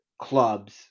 Clubs